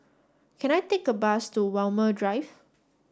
can I take a bus to Walmer Drive